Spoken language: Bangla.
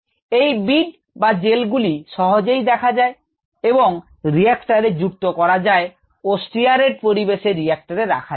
এই বিড বা জেল গুলি সহজেই দেখা যায় এবং রিএক্টটারে যুক্ত করা যায় ও স্টিয়ারেট পরিবেশে রিঅ্যাক্টরের রাখা যায়